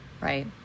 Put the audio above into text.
right